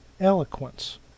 eloquence